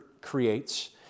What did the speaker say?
creates